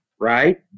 right